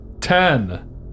Ten